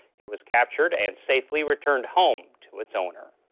it was captured and safely returned home to its owner.